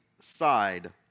side